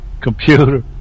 computer